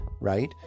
right